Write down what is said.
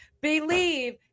believe